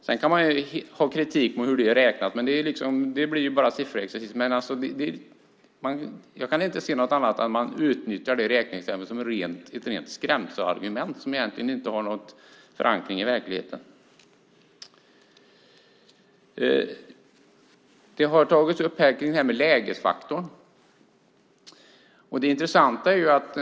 Man kan ju kritisera hur det räknas, men det blir bara sifferexercis. Jag kan inte se något annat än att reservanterna utnyttjar det räkneexemplet som ett rent skrämselargument som egentligen inte har någon förankring i verkligheten. Lägesfaktorn har tagits upp här.